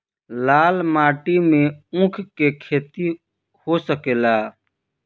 लाल माटी मे ऊँख के खेती हो सकेला?